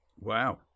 Wow